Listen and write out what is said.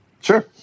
Sure